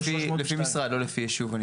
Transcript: אני יודע להגיד לפי משרד, לא לפי ישוב.